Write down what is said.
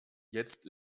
jetzt